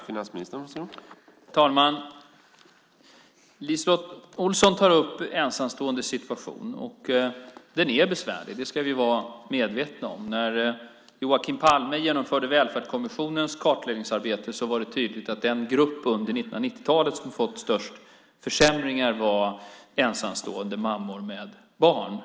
Herr talman! LiseLotte Olsson tar upp ensamståendes situation. Den är besvärlig. Det ska vi vara medvetna om. När Joakim Palme genomförde Välfärdskommissionens kartläggningsarbete var det tydligt att den grupp som fått störst försämringar under 1990-talet var ensamstående mammor med barn.